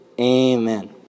Amen